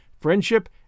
friendship